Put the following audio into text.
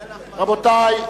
רבותי,